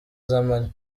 z’amanywa